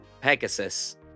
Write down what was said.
Pegasus